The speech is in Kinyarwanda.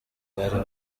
bari